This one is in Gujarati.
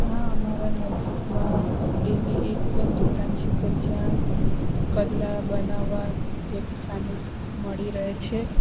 હા મારા નજીકમાં એવી એક દુકાન છેકે જ્યાં કડલા બનાવવા યોગ્ય સામાન મળી રહે છે